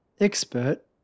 expert